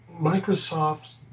Microsoft